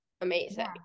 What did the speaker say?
amazing